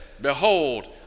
behold